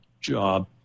job